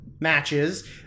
matches